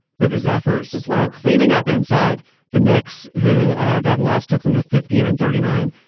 for the zephyrs that's like cleaning up inside the knicks who that lost took them to fifteen and thirty nine.